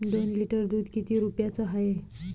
दोन लिटर दुध किती रुप्याचं हाये?